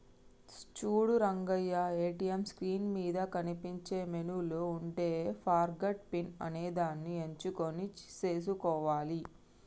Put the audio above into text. చూడు Rangaiah ATM screen మీద కనిపించే మెనూలో ఉండే ఫర్గాట్ పిన్ అనేదాన్ని ఎంచుకొని సేసుకోవాలి